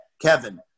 Kevin